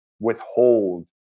withhold